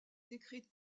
décrite